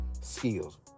skills